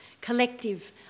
collective